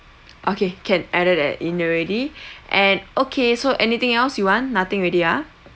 okay can added that in already and okay so anything else you want nothing already ah